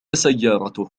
سيارته